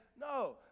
No